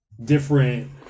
different